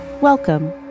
Welcome